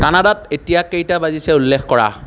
কানাডাত এতিয়া কেইটা বাজিছে উল্লেখ কৰা